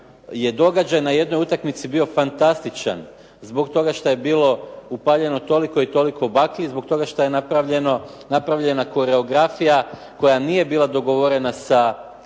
je događaj na jednoj utakmici bio fantastičan zbog toga što je bilo upaljeno toliko i toliko baklji, zbog toga što je napravljena koreografija koja nije bila dogovorena sa